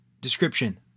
description